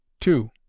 two